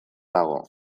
dago